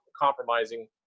compromising